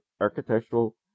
architectural